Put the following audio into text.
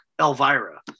Elvira